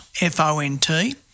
F-O-N-T